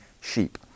sheep